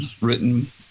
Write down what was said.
written